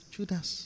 Judas